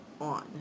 on